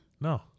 No